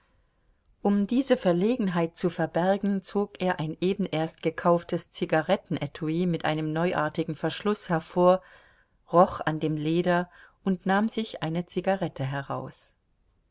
um diese verlegenheit zu verbergen zog er ein eben erst gekauftes zigarettenetui mit einem neuartigen verschluß hervor roch an dem leder und nahm sich eine zigarette heraus